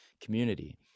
community